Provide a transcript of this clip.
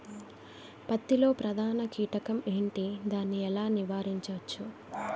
పత్తి లో ప్రధాన కీటకం ఎంటి? దాని ఎలా నీవారించచ్చు?